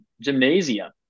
gymnasium